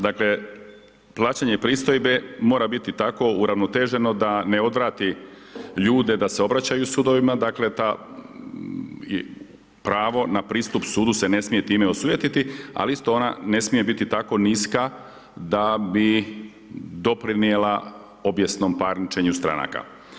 Dakle, plaćanje pristojbe mora biti tako uravnoteženo da ne odvrati ljude da se obraćaju sudovima, dakle ta pravo na pristup sudu se ne smije time osujetiti, ali isto ona ne smije biti tako niska da bi doprinijela objesnom parničenju stranaka.